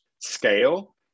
scale